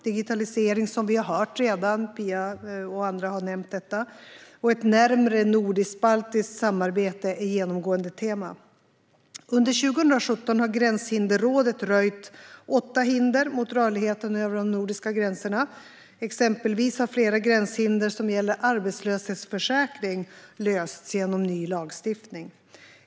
Digitalisering, som Phia och andra har nämnt, och ett närmare nordisk-baltiskt samarbete är genomgående teman. Under 2017 har Gränshinderrådet röjt undan åtta hinder mot rörligheten över de nordiska gränserna. Exempelvis har flera gränshinder som gäller arbetslöshetsförsäkring lösts genom ny lagstiftning.